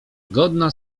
godna